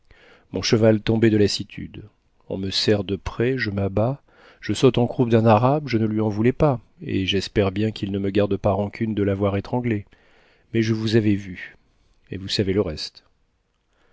mon cheval tombait de lassitude on me serre de prés je m'abats je saute en croupe d'un arabe je ne lui en voulais pas et j'espère bien qu'il ne me garde pas rancune de l'avoir étranglé mais je vous avais vus et vous savez le reste